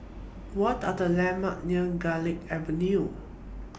What Are The Landmark near Garlick Avenue